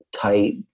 tight